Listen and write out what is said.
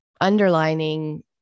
underlining